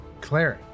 Clary